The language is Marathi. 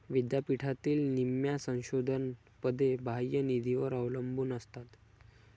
विद्यापीठातील निम्म्या संशोधन पदे बाह्य निधीवर अवलंबून असतात